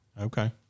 Okay